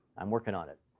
i'm working on it.